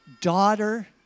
daughter